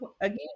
Again